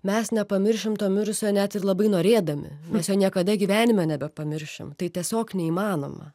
mes nepamiršim to mirusiojo net ir labai norėdami mes jo niekada gyvenime nebepamiršim tai tiesiog neįmanoma